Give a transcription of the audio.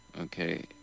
Okay